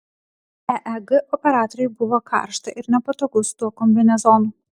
eeg operatoriui buvo karšta ir nepatogu su tuo kombinezonu